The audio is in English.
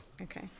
Okay